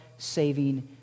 saving